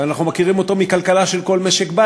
ואנחנו מכירים אותו מכלכלה של כל משק-בית: